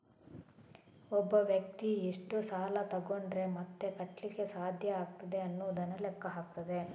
ಒಬ್ಬ ವ್ಯಕ್ತಿ ಎಷ್ಟು ಸಾಲ ತಗೊಂಡ್ರೆ ಮತ್ತೆ ಕಟ್ಲಿಕ್ಕೆ ಸಾಧ್ಯ ಆಗ್ತದೆ ಅನ್ನುದನ್ನ ಲೆಕ್ಕ ಹಾಕ್ತದೆ